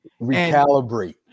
recalibrate